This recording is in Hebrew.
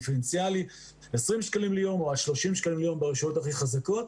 דיפרנציאלי 20 שקלים ליום או 30 שקלים ליום ברשויות הכי חזקות.